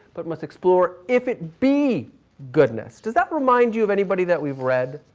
but must explore if it be goodness. does that remind you of anybody that we've read?